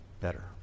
better